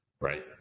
right